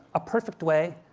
a perfect way,